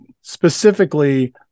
specifically